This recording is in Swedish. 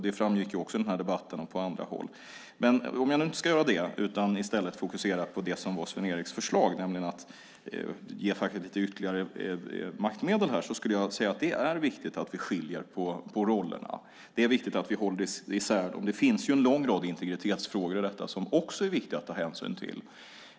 Det framgick också i den här debatten och på andra håll. Men om jag nu inte ska göra det utan i stället fokusera på det som var Sven-Eriks förslag, nämligen att ge facket lite ytterligare maktmedel, vill jag säga att det är viktigt att vi skiljer på rollerna och håller isär dem. Det finns en lång rad integritetsfrågor i detta som också är viktiga att ta hänsyn till.